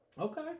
Okay